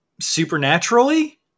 supernaturally